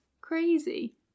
Crazy